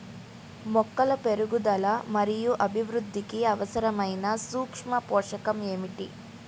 మొక్కల పెరుగుదల మరియు అభివృద్ధికి అవసరమైన సూక్ష్మ పోషకం ఏమిటి?